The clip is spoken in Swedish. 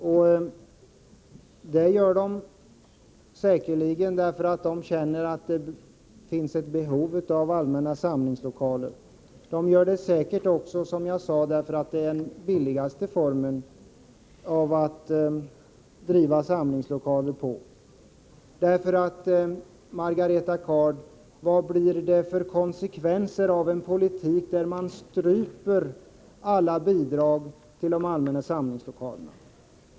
Säkerligen gör kommunerna detta på grund av att de känner att det finns ett behov av allmänna samlingslokaler. Som jag sade förut gör de det säkert också därför att det är det billigaste sättet när det gäller att driva samlingslokaler. Vilka konsekvenser blir det, Margareta Gard, om man stryper alla bidrag till allmänna samlingslokaler?